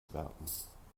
werben